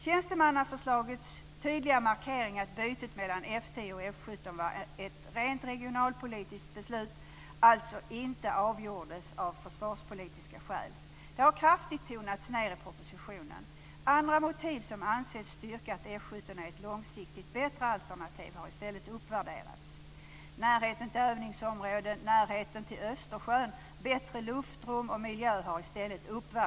Tjänstemannaförslagets tydliga markering att bytet mellan F 10 och F 17 var ett rent regionalpolitiskt beslut, och alltså inte gjordes av försvarspolitiska skäl, har kraftigt tonats ned i propositionen. Andra motiv som anses styrka att F 17 är ett långsiktigt bättre alternativ har i stället uppvärderats: närheten till övningsområden, närheten till Östersjön, bättre luftrum och miljö.